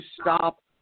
stop